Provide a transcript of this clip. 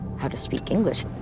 how to speak english.